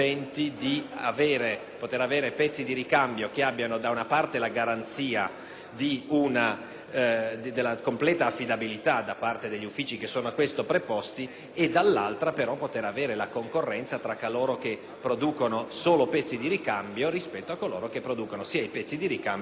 della completa affidabilità da parte degli uffici a questo preposti e, dall'altra, crea la concorrenza tra coloro che producono solo pezzi di ricambio rispetto a coloro che producono sia i pezzi di ricambio sia il veicolo originario.